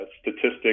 Statistics